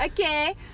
Okay